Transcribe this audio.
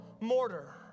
mortar